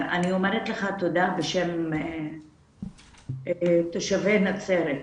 אני אומרת לך תודה בשם תושבי נצרת,